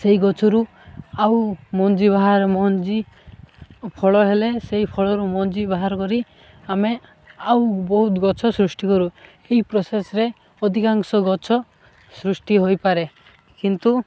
ସେଇ ଗଛରୁ ଆଉ ମଞ୍ଜି ବାହାର ମଞ୍ଜି ଫଳ ହେଲେ ସେଇ ଫଳରୁ ମଞ୍ଜି ବାହାର କରି ଆମେ ଆଉ ବହୁତ ଗଛ ସୃଷ୍ଟି କରୁ ଏଇ ପ୍ରୋସେସ୍ରେ ଅଧିକାଂଶ ଗଛ ସୃଷ୍ଟି ହୋଇପାରେ କିନ୍ତୁ